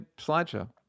slideshow